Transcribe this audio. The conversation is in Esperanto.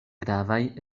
gravaj